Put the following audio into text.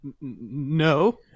No